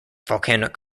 volcanic